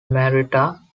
marietta